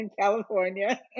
California